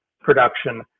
production